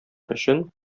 өчен